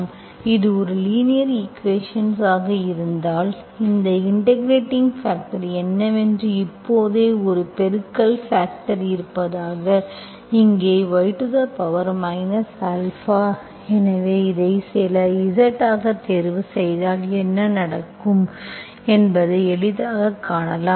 எனவே இது ஒரு லீனியர் ஈக்குவேஷன் ஆக இருந்தால் அந்த இன்டெகிரெடிங் பாக்டர் என்னவென்று இப்போதே ஒரு பெருக்கல் பாக்டர் இருப்பதால் இங்கே y α எனவே இதை சில z ஆகத் தேர்வுசெய்தால் என்ன நடக்கும் என்பதை எளிதாகக் காணலாம்